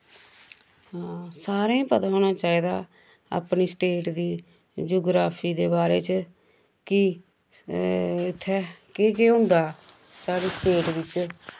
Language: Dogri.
सारें पता होना चाहिदा अपनी स्टेट दी जोग्राफी दे बारे च कि इत्थै केह् केह् होंदा साढ़ी स्टेट विच